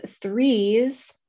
threes